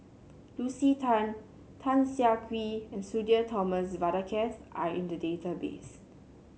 Lucy Tan Tan Siah Kwee and Sudhir Thomas Vadaketh are in the database